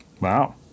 Wow